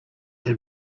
had